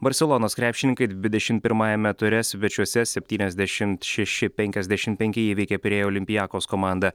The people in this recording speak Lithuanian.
barselonos krepšininkai dvidešimt pirmajame ture svečiuose septyniasdešimt šeši penkiasdešimt penki įveikė pirėjo olympiakos komandą